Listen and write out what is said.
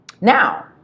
now